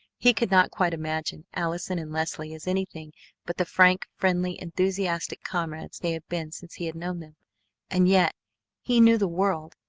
he could not quite imagine allison and leslie as anything but the frank, friendly, enthusiastic comrades they had been since he had known them and yet he knew the world,